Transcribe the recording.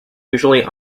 usually